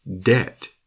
debt